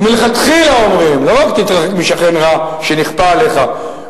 ומלכתחילה אומרים: לא רק תתרחק משכן רע שנכפה עליך,